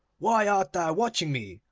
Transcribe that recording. why art thou watching me?